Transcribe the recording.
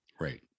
right